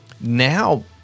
Now